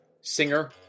Singer